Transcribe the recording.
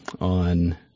on